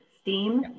steam